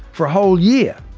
for a whole year,